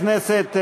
חברי הכנסת,